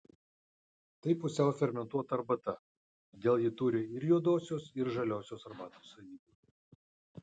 tai pusiau fermentuota arbata todėl ji turi ir juodosios ir žaliosios arbatos savybių